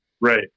Right